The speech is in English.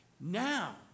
Now